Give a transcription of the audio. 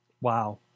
Wow